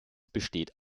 besteht